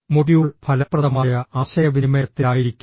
module ഫലപ്രദമായ ആശയവിനിമയത്തിലായിരിക്കും